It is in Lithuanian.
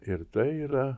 ir tai yra